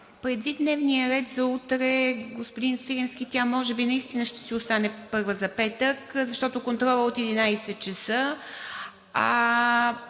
Предвид дневния ред за утре, господин Свиленски, тя може би наистина ще си остане първа за петък, защото контролът е от 11,00 ч.